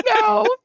No